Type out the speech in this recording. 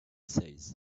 says